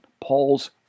Paul's